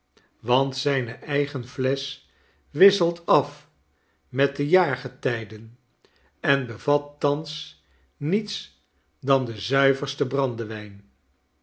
want zijne eigen flesch wisselt af met de jaargetijden en bevat thans niets dan den zuiversten